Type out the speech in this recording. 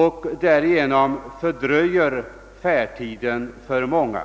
och därigenom förlänger färdtiden = för många.